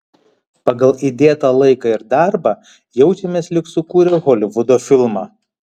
pagal įdėtą laiką ir darbą jaučiamės lyg sukūrę holivudo filmą